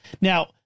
now